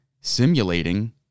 simulating